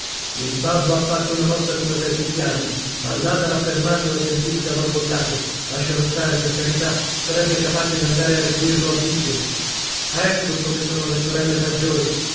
il babbo ha fatto una mossa come per picchiarmi ma l'ada l'ha fermato e ho sentito che ha borbottato lascialo stare per carità sarebbe capace d'andare a ridirlo a bice ecco come sono le sorelle maggiori